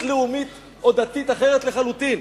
בזהות לאומית או דתית אחרת לחלוטין.